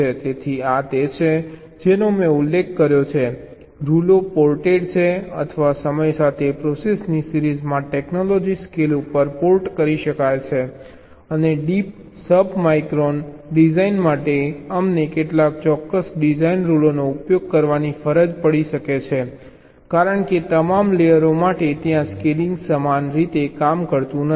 તેથી આ તે છે જેનો મેં ઉલ્લેખ કર્યો છે કે રૂલો પોર્ટેડ છે અથવા સમય સાથે પ્રોસેસની સિરીઝમાં ટેક્નોલોજી સ્કેલ ઉપર પોર્ટ કરી શકાય છે અને ડીપ સબમાઇક્રોન ડિઝાઇન માટે અમને કેટલાક ચોક્કસ ડિઝાઇન રૂલોનો ઉપયોગ કરવાની ફરજ પડી શકે છે કારણ કે તમામ લેયરો માટે ત્યાં સ્કેલિંગ સમાન રીતે કામ કરતું નથી